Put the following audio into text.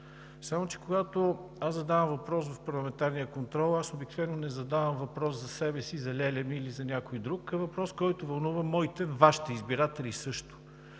Само че когато аз задавам въпрос в парламентарния контрол, обикновено не задавам въпрос за себе си, за леля ми или за някой друг, а въпрос, който вълнува моите, Вашите избиратели също.